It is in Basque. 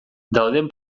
dauden